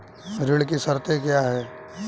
ऋण की शर्तें क्या हैं?